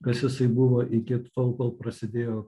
kas jisai buvo iki tol kol prasidėjo